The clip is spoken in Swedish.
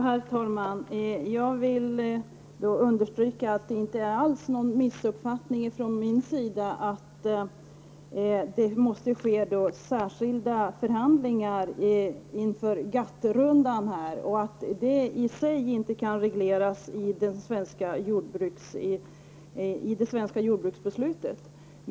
Herr talman! Jag vill understryka att det inte alls är någon missuppfattning från min sida att det måste ske särskilda förhandlingar inför GATT-rundan och att det i sig inte kan regleras i det svenska jordbruksbeslutet.